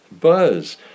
Buzz